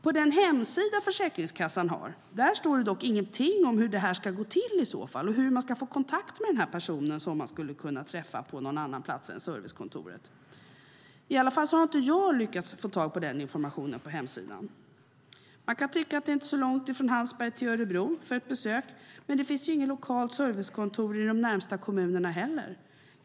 På den hemsida som Försäkringskassan har står dock ingenting om hur det i så fall ska gå till, hur man ska få kontakt med den person som man ska kunna träffa på någon annan plats än där servicekontoret finns. Jag har åtminstone inte lyckats hitta den informationen på hemsidan. Man kan tycka att det inte är så långt från Hallsberg till Örebro för ett besök, men det finns inga lokala servicekontor i de närmaste kommunerna heller.